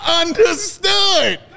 understood